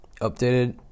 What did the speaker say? updated